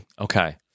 okay